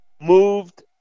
moved